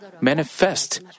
manifest